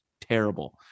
terrible